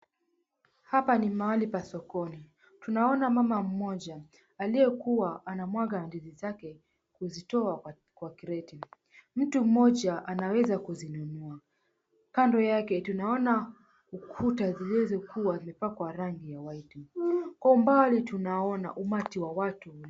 Hapa ni mahali pa sokoni. Tunaona mama mmoja aliyekuwa anamwaga ndizi zake kuzitoa kwa kreti. Mtu mmoja anaweza kuzinunua. Kando yake tunaona ukuta zilizopakwa rangi ya waiti kwa umbali tunaona umati watu.